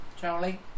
Charlie